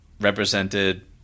represented